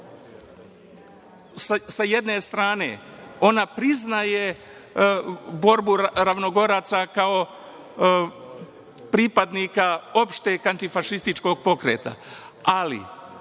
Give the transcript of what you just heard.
Sa jedne strane ona priznaje borbu Ravnogoraca kao pripadnika opšteg antifašističkog pokreta, ali